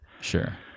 sure